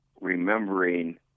remembering